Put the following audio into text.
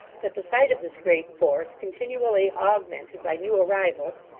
that the sight of this great force, continually augmented by new arrivals,